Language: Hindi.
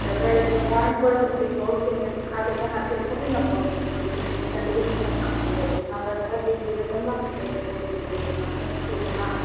जबही दुकान पर हम जब पहुँचेंगे तो खाला तो हाथे थोड़ी ना पहुँचेंगे कुछ पइसा लेके ना पहुँचेंगे तो एतना बता दीजिएगा तब ना लेके पहुँचेंगे इतना में कितना